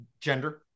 gender